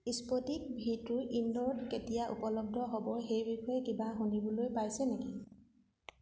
Sputnik ভিটো ইন্দৰত কেতিয়া উপলব্ধ হ'ব সেইবিষয়ে কিবা শুনিবলৈ পাইছে নেকি